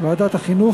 ועדת החינוך,